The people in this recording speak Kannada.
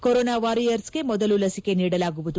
ಕೊರೊನಾ ವಾರಿಯರ್ಸ್ಗೆ ಮೊದಲು ಲಸಿಕೆ ನೀಡಲಾಗುವುದು